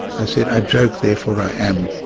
i said i joke, therefore i am.